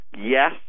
Yes